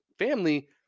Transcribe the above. Family